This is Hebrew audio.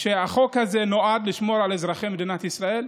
שהחוק הזה נועד לשמור על אזרחי מדינת ישראל,